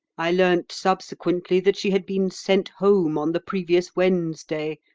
i learnt subsequently that she had been sent home on the previous wednesday,